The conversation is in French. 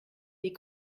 des